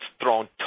thrown